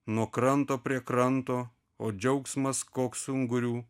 nuo kranto prie kranto o džiaugsmas koks ungurių